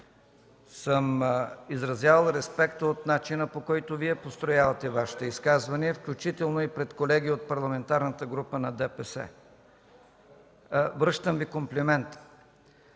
съм изразявал респекта от начина, по който Вие построявате Вашите изказвания, включително и пред колеги от Парламентарната група на ДПС. Връщам Ви комплимента.